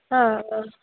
हा